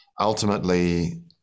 ultimately